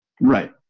Right